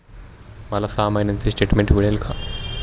मला सहा महिन्यांचे स्टेटमेंट मिळेल का?